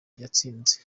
yatsinze